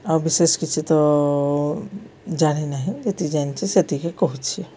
ଆଉ ବିଶେଷ କିଛି ତ ଜାଣିନାହିଁ ଯେତିକି ଜାଣିଛି ସେତିକି କହୁଛି